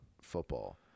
football